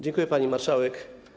Dziękuję, pani marszałek.